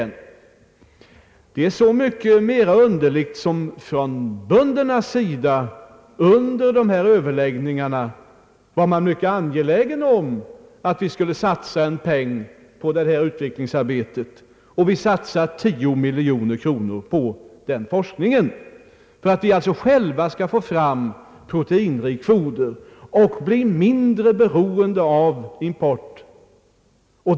Hans inställning är så mycket mera underlig som man från böndernas sida under dessa överläggningar var mycket angelägen att satsa en peng på detta utvecklingsarbete. Vi satsade också 10 miljoner kronor på sådan forskning som syftar till att vi själva skall få fram proteinrikt foder och bli mindre beroende av import.